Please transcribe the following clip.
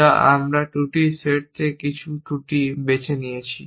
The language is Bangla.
যা আমরা ত্রুটির সেট থেকে কিছু ত্রুটি বেছে নিয়েছি